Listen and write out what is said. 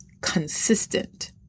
consistent